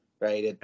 right